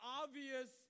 obvious